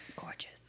Gorgeous